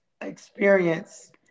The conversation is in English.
experience